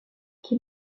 qui